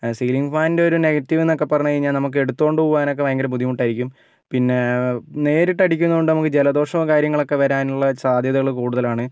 ceiling ഫാനിൻ്റെ ഒരു negative എന്നൊക്കെ പറഞ്ഞു കഴിഞ്ഞാൽ നമുക്ക് എടുത്തുകൊണ്ട് പോകാനൊക്കെ ഭയങ്കര ബുദ്ധിമുട്ടായിരിക്കും പിന്നെ നേരിട്ടടിക്കുന്നത് കൊണ്ട് നമുക്ക് ജലദോഷമോ കാര്യങ്ങളൊക്കെ വരാനുള്ള സാധ്യതകൾ കൂടുതലാണ്